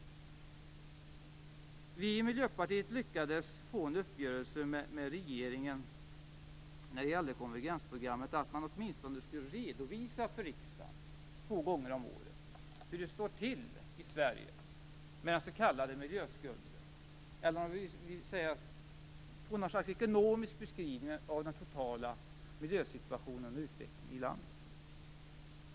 Vi i Miljöpartiet lyckades få en uppgörelse med regeringen när det gällde konvergensprogrammet som innebar att man åtminstone skulle redovisa för riksdagen två gånger om året hur det står till i Sverige med den s.k. miljöskulden. Man skulle få något slags ekonomisk beskrivning av den totala miljösituationen och utvecklingen i landet.